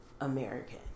American